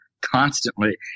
constantly